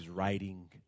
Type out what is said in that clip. writing